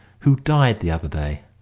who died the other day.